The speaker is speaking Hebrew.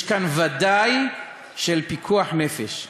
יש כאן ודאי של פיקוח נפש.